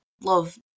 love